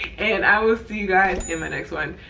and i will see you guys in the next one.